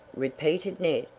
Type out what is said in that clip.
repeated ned.